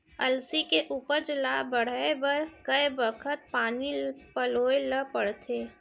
अलसी के उपज ला बढ़ए बर कय बखत पानी पलोय ल पड़थे?